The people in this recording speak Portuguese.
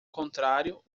contrário